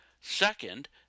Second